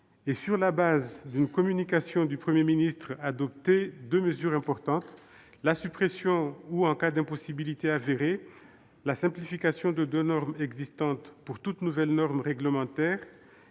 sur la base d'une communication du Premier ministre, deux mesures importantes : la suppression ou, en cas d'impossibilité avérée, la simplification de deux normes existantes pour toute nouvelle norme réglementaire